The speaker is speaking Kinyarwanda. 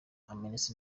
amnesty